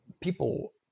people